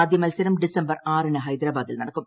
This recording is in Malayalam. ആദ്യ മത്സരം ഡിസംബർ ആറിന് ഹൈദരാബദിൽ നടക്കും